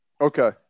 Okay